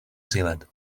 zealand